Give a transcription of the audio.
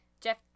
Jeff